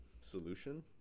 solution